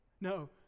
No